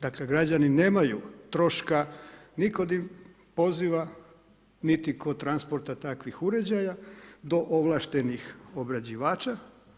Dakle, građani nemaju troška ni kod poziva, niti kod transporta takvih uređaja do ovlaštenih obrađivača.